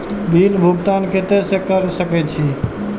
Bill भुगतान केते से कर सके छी?